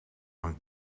van